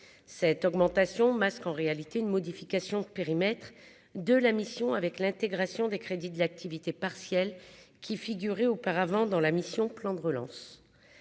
cette augmentation masque en réalité une modification de périmètre de la mission avec l'intégration des crédits de l'activité partielle qui figurait auparavant dans la mission, plan de relance